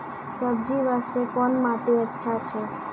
सब्जी बास्ते कोन माटी अचछा छै?